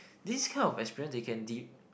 this kind of experience they can de~